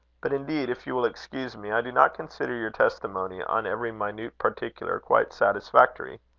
but, indeed, if you will excuse me, i do not consider your testimony, on every minute particular, quite satisfactory.